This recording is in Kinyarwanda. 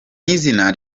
izina